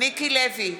מיקי לוי,